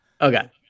Okay